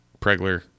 Pregler